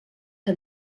que